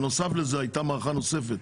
בנוסף לכך, הייתה מערכת בחירות נוספת